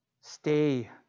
Stay